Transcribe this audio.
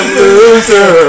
loser